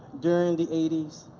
during the eighty s,